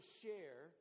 share